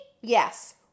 Yes